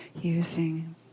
using